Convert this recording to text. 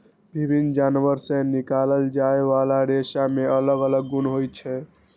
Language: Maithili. विभिन्न जानवर सं निकालल जाइ बला रेशा मे अलग अलग गुण होइ छै